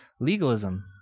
legalism